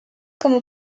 como